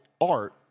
art